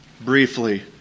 Briefly